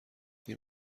این